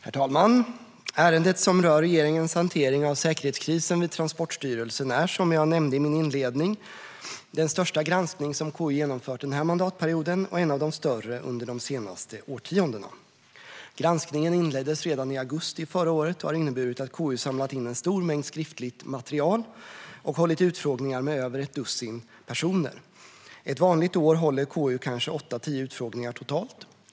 Herr talman! Ärendet som rör regeringens hantering av säkerhetskrisen vid Transportstyrelsen är, som jag nämnde i min inledning, den största granskning som KU har genomfört under den här mandatperioden och en av de större under de senaste årtiondena. Granskningen inleddes redan i augusti förra året och har inneburit att KU samlat in en stor mängd skriftligt material och hållit utfrågningar med över ett dussin personer. Ett vanligt år håller KU kanske 8-10 utfrågningar totalt.